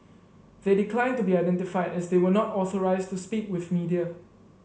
they declined to be identified as they were not authorised to speak with media